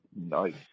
Nice